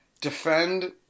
Defend